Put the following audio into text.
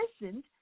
listened